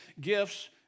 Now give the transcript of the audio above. gifts